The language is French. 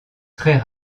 très